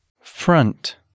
Front